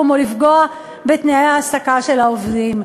או לפגוע בתנאי ההעסקה של העובדים.